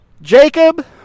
Jacob